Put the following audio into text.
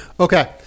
Okay